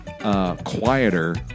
Quieter